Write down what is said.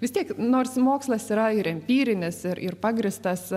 vis tiek nors mokslas yra ir empirinis ir ir pagrįstas